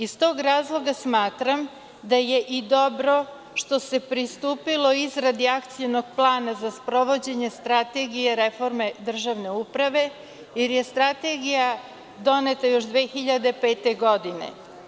Iz tog razloga smatram da je i dobro što se pristupilo izradi akcionog plana za sprovođenje Strategije reforme državne uprave, jer je Strategija doneta još 2005. godine.